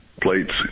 plates